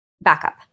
backup